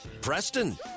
Preston